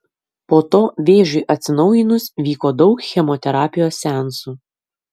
po to vėžiui atsinaujinus vyko daug chemoterapijos seansų